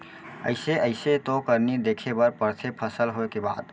अइसे अइसे तो करनी देखे बर परथे फसल होय के बाद